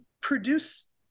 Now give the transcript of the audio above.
produce